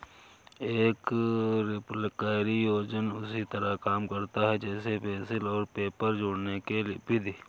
एक रिपलकैरी योजक उसी तरह काम करता है जैसे पेंसिल और पेपर जोड़ने कि विधि